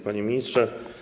Panie Ministrze!